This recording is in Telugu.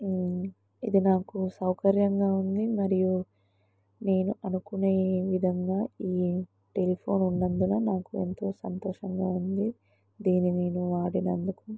ఇది నాకు సౌకర్యంగా ఉంది మరియు నేను అనుకునే విధంగా ఈ టెలిఫోన్ ఉన్నందున నాకు ఎంతో సంతోషంగా ఉంది దీన్ని నేను వాడినందుకు